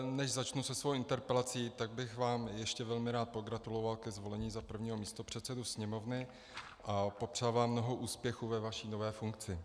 Než začnu se svou interpelací, tak bych vám ještě velmi rád pogratuloval ke zvolení za prvního místopředsedu Sněmovny a popřál vám mnoho úspěchů ve vaší nové funkci.